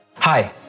Hi